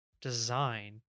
design